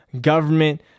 government